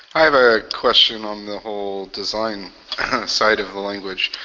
i have a question on the whole design side of the language.